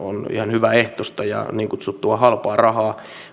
ihan hyväehtoista ja niin kutsuttua halpaa rahaa